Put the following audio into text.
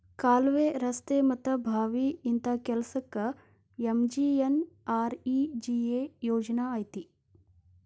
ಕಾಲ್ವೆ, ರಸ್ತೆ ಮತ್ತ ಬಾವಿ ಇಂತ ಕೆಲ್ಸಕ್ಕ ಎಂ.ಜಿ.ಎನ್.ಆರ್.ಇ.ಜಿ.ಎ ಯೋಜನಾ ಐತಿ